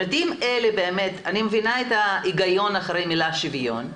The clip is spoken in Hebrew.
אני מבינה את ההיגיון אחרי המילה שוויון,